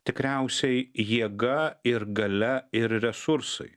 tikriausiai jėga ir galia ir resursai